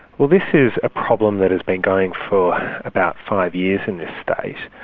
well, this is a problem that has been going for about five years in this state.